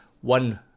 one